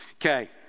Okay